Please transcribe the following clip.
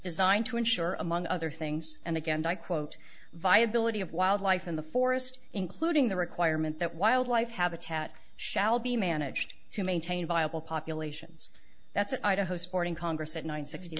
designed to ensure among other things and again i quote viability of wildlife in the forest including the requirement that wildlife habitat shall be managed to maintain viable populations that's an idaho sporting congress at nine sixty